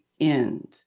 end